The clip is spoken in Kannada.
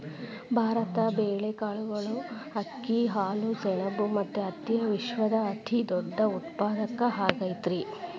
ಭಾರತ ಬೇಳೆ, ಕಾಳುಗಳು, ಅಕ್ಕಿ, ಹಾಲು, ಸೆಣಬ ಮತ್ತ ಹತ್ತಿಯ ವಿಶ್ವದ ಅತಿದೊಡ್ಡ ಉತ್ಪಾದಕ ಆಗೈತರಿ